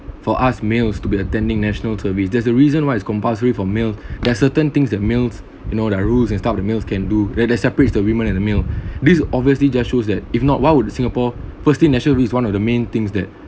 for us males to be attending national service there's a reason why it's compulsory for male there are certain things that males you know there are rules and stuff that males can do that that separates the women and the male this obviously just shows that if not why would singapore firstly national service is one of the main things that